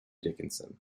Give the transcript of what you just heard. dickinson